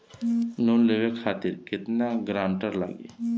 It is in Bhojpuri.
लोन लेवे खातिर केतना ग्रानटर लागी?